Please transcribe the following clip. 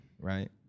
right